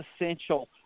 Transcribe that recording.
essential